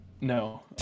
No